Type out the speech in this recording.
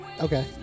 Okay